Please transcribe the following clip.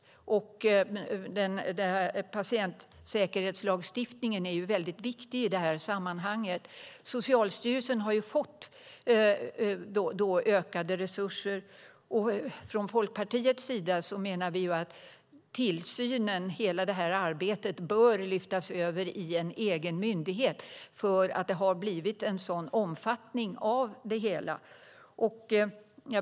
Patientsäkerhetslagstiftningen är väldigt viktig i det sammanhanget. Socialstyrelsen har fått ökade resurser. Från Folkpartiets sida menar vi att hela arbetet med tillsynen bör lyftas över i en egen myndighet, eftersom det har blivit en sådan omfattning på det hela.